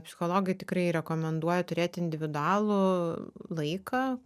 psichologai tikrai rekomenduoja turėti individualų laiką